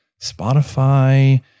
Spotify